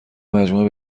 مجموعه